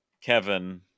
Kevin